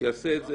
יעשה את זה.